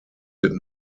did